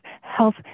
health